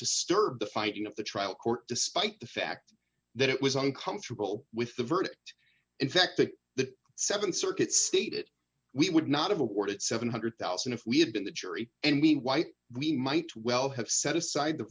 disturb the fighting of the trial court despite the fact that it was uncomfortable with the verdict in fact that the th circuit stated we would not have awarded seven hundred thousand if we had been the jury and be white we might well have set aside the